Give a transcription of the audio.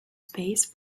space